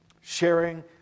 Sharing